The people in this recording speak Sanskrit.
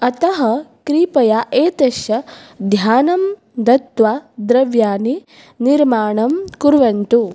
अतः कृपया एतस्य ध्यानं दत्वा द्रव्याणि निर्माणं कुर्वन्तु